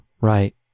right